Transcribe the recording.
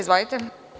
Izvolite.